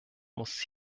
muss